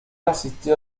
asistió